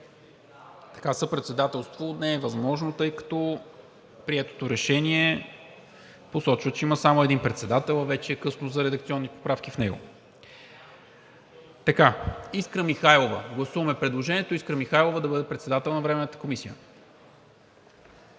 Аталай. Съпредседателство не е възможно, тъй като приетото решение посочва, че има само един председател, а вече е късно за редакционни поправки в него. Гласуваме предложението Искра Михайлова да бъде председател на Временната комисия.